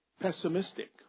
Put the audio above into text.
pessimistic